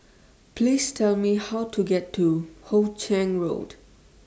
Please Tell Me How to get to Hoe Chiang Road